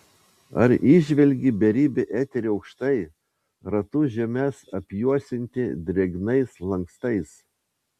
ar įžvelgi beribį eterį aukštai ratu žemes apjuosiantį drėgnais lankstais